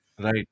Right